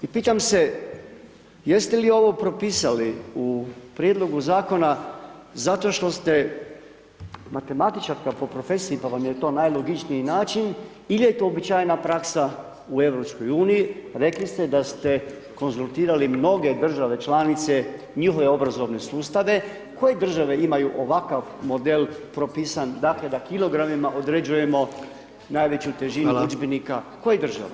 I pitam se jeste li ovo propisali u prijedlogu zakona, zato što ste matematičarka po profesiji pa vam je to najlogičniji način ili je to običajna praksa u EU, rekli ste da ste konzultirali mnoge države članice, njihove obrazovne sustave, koje države imaju ovakav model propisan, da kilogramima određujemo najveću težinu udžbenika, koje države?